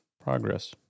progress